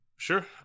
Sure